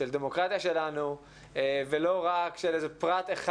של דמוקרטיה שלנו ולא רק של איזה פרט אחד